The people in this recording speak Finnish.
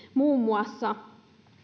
muun muassa